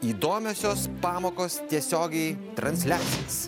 įdomiosios pamokos tiesiogiai transliacijas